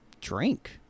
drink